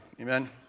Amen